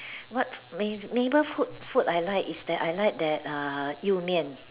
what may neighbour food food I like is that I like that err You-Mian